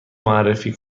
معرفی